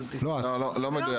זה לא מדויק.